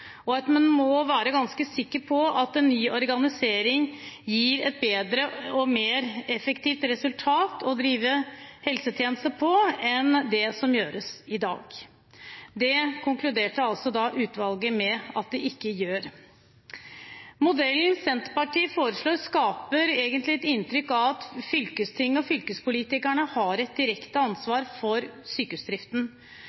og at man må være ganske sikker på at en ny organisering gir et bedre og mer effektivt resultat når det gjelder å drive helsetjenester, enn det som gjelder i dag. Det konkluderte altså utvalget med at det ikke gjør. Modellen Senterpartiet foreslår, skaper egentlig et inntrykk av at fylkesting og fylkespolitikerne har et direkte